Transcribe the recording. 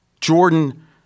Jordan